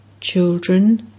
Children